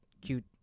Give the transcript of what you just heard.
cute